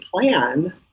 plan